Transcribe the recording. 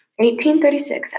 1836